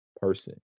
person